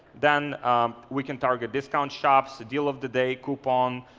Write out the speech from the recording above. then we can target discount shops, the deal of the day, coupon,